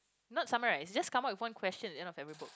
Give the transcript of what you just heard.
not summarise just come up with one question at the end of every book